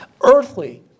earthly